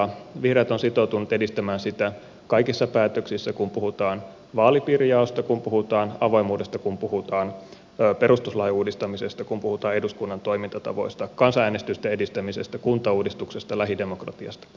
vihreät on sitoutunut edistämään sitä kaikissa päätöksissä kun puhutaan vaalipiirijaosta kun puhutaan avoimuudesta kun puhutaan perustuslain uudistamisesta kun puhutaan eduskunnan toimintatavoista kansanäänestysten edistämisestä kuntauudistuksesta lähidemokratiasta